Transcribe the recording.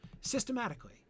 systematically